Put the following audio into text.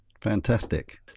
Fantastic